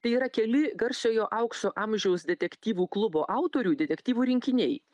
tai yra keli garsiojo aukso amžiaus detektyvų klubo autorių detektyvų rinkiniai